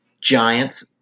Giants